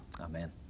Amen